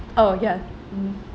oh ya mm